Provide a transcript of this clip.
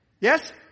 Yes